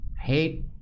Hate